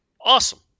Awesome